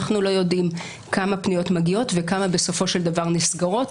אנחנו לא יודעים כמה פניות מגיעות וכמה בסופו של דבר נסגרות,